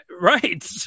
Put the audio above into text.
Right